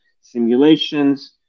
simulations